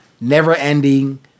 never-ending